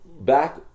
Back